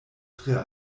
tre